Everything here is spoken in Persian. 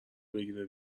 بگیره